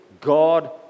God